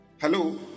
hello